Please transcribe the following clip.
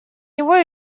него